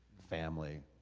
family,